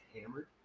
hammered